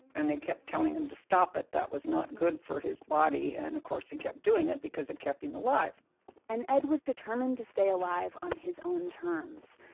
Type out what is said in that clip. and they kept telling him to stop it, that it was not good for his body. and of course he kept doing it, because it kept him alive and ed was determined to stay alive on his own terms.